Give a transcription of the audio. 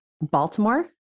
Baltimore